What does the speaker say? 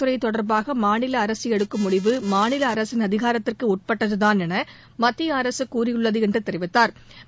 துறை தொடர்பாக மாநில அரசு எடுக்கும் முடிவு மாநில அரசின் வேளாண் அதிகாரத்திற்குட்பட்டதுதான் என மத்திய அரசு கூறியுள்ளது என்று தெரிவித்தாா்